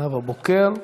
נאוה בוקר.